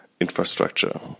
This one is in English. infrastructure